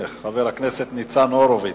חבר הכנסת ניצן הורוביץ.